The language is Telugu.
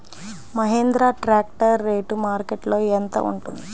మహేంద్ర ట్రాక్టర్ రేటు మార్కెట్లో యెంత ఉంటుంది?